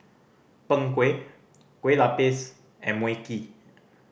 Png Kueh kue lupis and Mui Kee